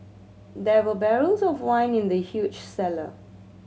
there were barrels of wine in the huge cellar